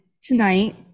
tonight